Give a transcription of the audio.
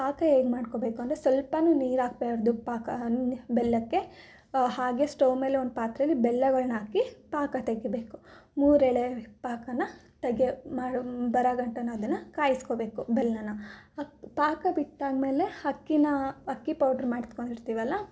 ಪಾಕ ಹೇಗೆ ಮಾಡ್ಕೋಬೇಕು ಅಂದರೆ ಸ್ವಲ್ಪಾನು ನೀರು ಹಾಕ್ಬಾರ್ದು ಪಾಕನ ಬೆಲ್ಲಕ್ಕೆ ಹಾಗೆ ಸ್ಟವ್ ಮೇಲೆ ಒಂದು ಪಾತ್ರೆಲಿ ಬೆಲ್ಲಾಗಳ್ನ ಹಾಕಿ ಪಾಕ ತೆಗಿಬೇಕು ಮೂರೆಳೆ ಪಾಕನ ತೆಗಿಯೋ ಮಾಡೊ ಬರ ಗಂಟಾನು ಅದನ್ನು ಕಾಯಿಸ್ಕೋಬೇಕು ಬೆಲ್ಲನ ಆ ಪಾಕ ಬಿಟ್ಟಾದಮೇಲೆ ಅಕ್ಕಿನ ಅಕ್ಕಿ ಪೌಡ್ರ್ ಮಾಡ್ಕೊಂಡು ಇರ್ತೀವಲ್ಲ